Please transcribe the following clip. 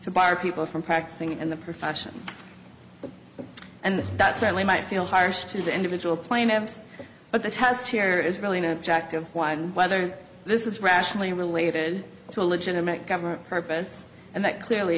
to bar people from practicing in the profession and that certainly might feel harsh to the individual plaintiffs but the test here is really no objective whether this is rationally related to a legitimate government purpose and that clearly